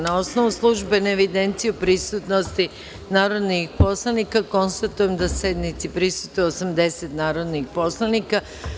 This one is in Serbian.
Na osnovu službene evidencije o prisutnosti narodnih poslanika, konstatujem da sednici prisustvuje 80 narodnih poslanika.